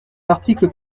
l’article